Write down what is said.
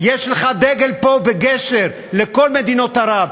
הטובה ביותר,